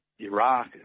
Iraq